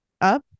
up